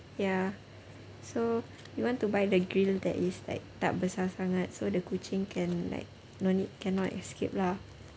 ya so we want buy the grille that is like tak besar sangat so the kucing can like no need cannot escape lah